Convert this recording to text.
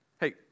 hey